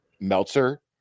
Meltzer